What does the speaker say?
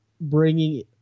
bringing